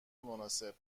مناسب